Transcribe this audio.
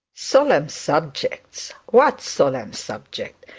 solemn subjects what solemn subjects?